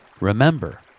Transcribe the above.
remember